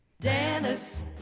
Dennis